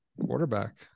Quarterback